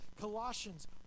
Colossians